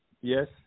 yes